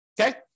okay